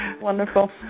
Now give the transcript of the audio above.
Wonderful